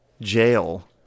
jail